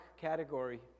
category